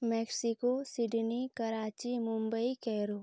Mexico Sydney Karachi Mumbai Cairo